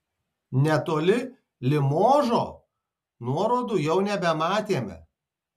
netoli limožo nuorodų jau nebematėme